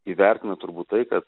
įvertina turbūt tai kad